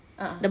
a'ah